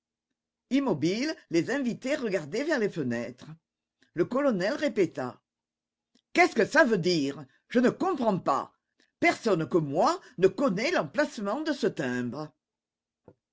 immobiles les invités regardaient vers les fenêtres le colonel répéta qu'est-ce que ça veut dire je ne comprends pas personne que moi ne connaît l'emplacement de ce timbre